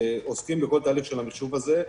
עוסקים בכל התהליך החשוב הזה.